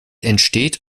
entsteht